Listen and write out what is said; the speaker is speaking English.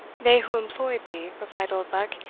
they who employed thee, replied oldbuck,